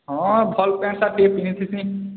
ହଁ ଭଲ୍ pant shirt ଟିକେ ପିନ୍ଧିଥିବି